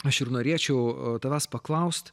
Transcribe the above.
aš ir norėčiau tavęs paklaust